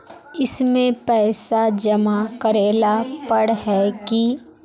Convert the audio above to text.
इसमें पैसा जमा करेला पर है की?